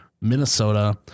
Minnesota